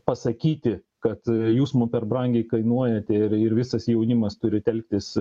pasakyti kad jūs mum per brangiai kainuojate ir ir visas jaunimas turi telktis